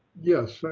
yes.